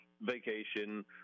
vacation